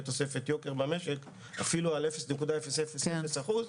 תוספת יוקר במשק אפילו על 0.000 אחוז.